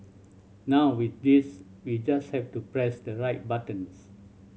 now with this we just have to press the right buttons